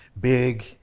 big